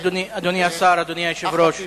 אדוני השר, אדוני היושב-ראש,